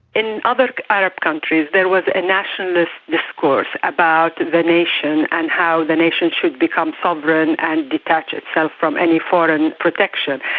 in other arab countries there was a nationalist discourse about the nation and how the nation should become sovereign and detach itself from any foreign protection.